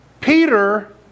Peter